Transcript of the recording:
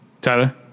Tyler